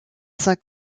cinq